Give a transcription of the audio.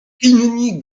inni